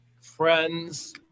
friends